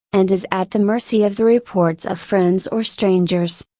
and is at the mercy of the reports of friends or strangers.